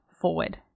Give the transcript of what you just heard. forward